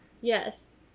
Yes